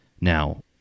Now